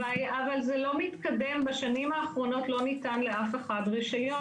זה לא מתקדם בשנים האחרונות לא ניתן לאף אחד רישיון,